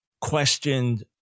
questioned